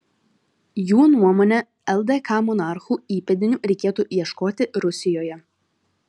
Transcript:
jų nuomone ldk monarchų įpėdinių reikėtų ieškoti rusijoje